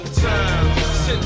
time